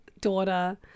daughter